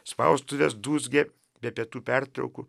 spaustuvės dūzgė be pietų pertraukų